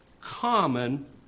common